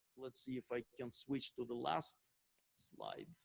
let's see if i can switch to the last slide.